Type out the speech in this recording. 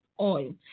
oil